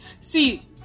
See